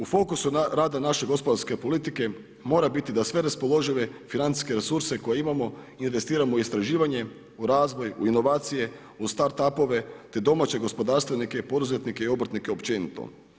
U fokusu rada naše gospodarske politike mora biti da sve raspoložive financijske resurse koje imamo investiramo u istraživanje, u razvoj, u inovacije, u start upove, te domaće gospodarstvenike, poduzetnike i obrtnike općenito.